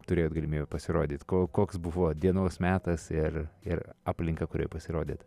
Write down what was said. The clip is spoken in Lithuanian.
turėjot galimybę pasirodyt koks buvo dienos metas ir ir aplinka kurioje pasirodėt